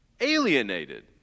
Alienated